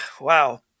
Wow